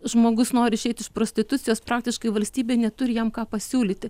žmogus nori išeit iš prostitucijos praktiškai valstybė neturi jam ką pasiūlyti